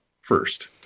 first